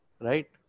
right